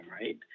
right